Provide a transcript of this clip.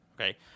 Okay